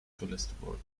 cholesterol